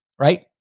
right